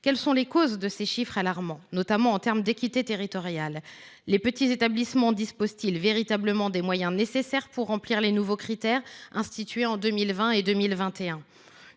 Quelles sont les causes de ces chiffres alarmants, notamment en termes d’équité territoriale ? Les petits établissements disposent ils véritablement des moyens nécessaires pour remplir les nouveaux critères institués en 2020 et 2021 ?